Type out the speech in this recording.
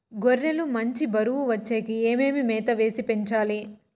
గొర్రె లు మంచి బరువు వచ్చేకి ఏమేమి మేత వేసి పెంచాలి?